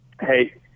Hey